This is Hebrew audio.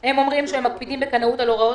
הם אומרים שהם מקפידים בקנאות על הוראות